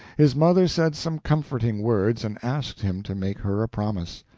his mother said some comforting words and asked him to make her a promise.